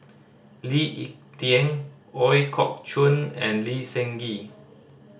Lee Ek Tieng Ooi Kok Chuen and Lee Seng Gee